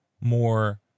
more